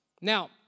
Now